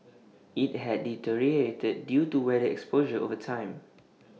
IT had deteriorated due to weather exposure over time